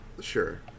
Sure